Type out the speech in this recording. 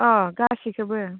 अ गासिखोबो